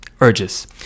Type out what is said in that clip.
urges